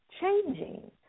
changing